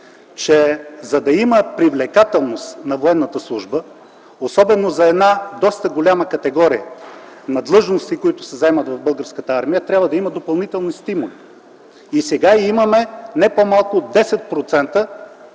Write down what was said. че за да има привлекателност на военната служба, особено за една доста голяма категория от длъжности, които се заемат в Българската армия, трябва да има допълнителни стимули. И сега имаме не по-малко от